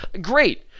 Great